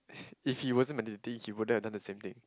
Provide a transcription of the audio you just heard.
if he wasn't meditataing he wouldn't have done the same thing